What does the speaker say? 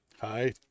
hi